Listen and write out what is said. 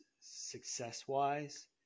success-wise